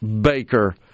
baker